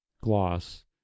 Gloss